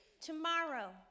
tomorrow